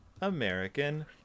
american